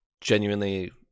genuinely